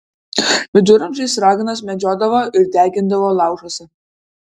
viduramžiais raganas medžiodavo ir degindavo laužuose